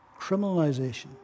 criminalization